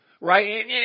right